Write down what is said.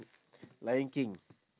lion king